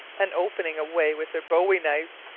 and opening a way with their bowie knives,